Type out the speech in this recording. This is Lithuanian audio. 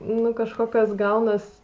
nu kažkokios gaunas